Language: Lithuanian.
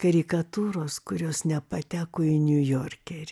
karikatūros kurios nepateko į niujorkerį